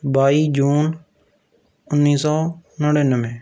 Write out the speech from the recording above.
ਬਾਈ ਜੂਨ ਉੱਨੀ ਸੌ ਨੜ੍ਹਿਨਵੇਂ